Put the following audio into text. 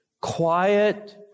quiet